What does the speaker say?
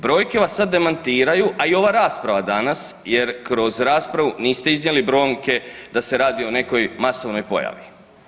Brojke vas sad demantiraju, a i ova rasprava danas jer kroz raspravu niste iznijeli brojke da se radi o nekoj masovnoj pojavi.